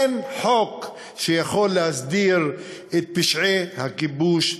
אין חוק שיכול להסדיר את פשעי הכיבוש,